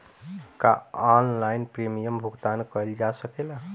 का online premium भुगतान कईल जा सकेला?